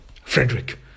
Frederick